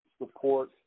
support